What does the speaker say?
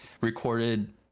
recorded